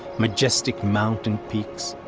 majestic mountain peaks,